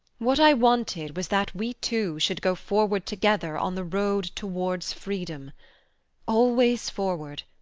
what i wanted was that we two should go forward together on the road towards freedom always forward,